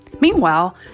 Meanwhile